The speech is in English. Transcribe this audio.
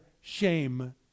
shame